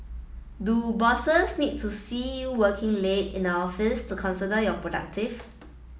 do bosses need to see you working late in the office to consider your productive